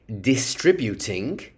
distributing